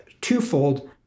twofold